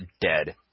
dead